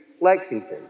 Lexington